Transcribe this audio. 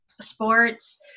sports